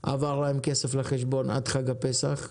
עבר להם כסף לחשבון עד חג הפסח,